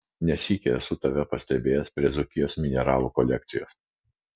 ne sykį esu tave pastebėjęs prie dzūkijos mineralų kolekcijos